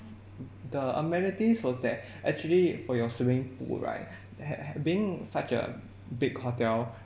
the amenities was that actually for your swimming pool right ha~ being such a big hotel